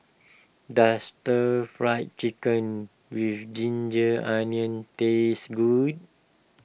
does Stir Fry Chicken with Ginger Onions taste good